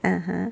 (uh huh)